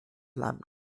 lamp